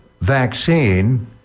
vaccine